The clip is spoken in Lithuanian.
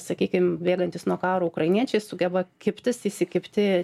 sakykim bėgantys nuo karo ukrainiečiai sugeba kibtis įsikibti